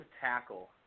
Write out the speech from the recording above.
tackle